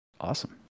awesome